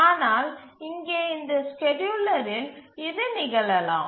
ஆனால் இங்கே இந்த ஸ்கேட்யூலரில் இது நிகழலாம்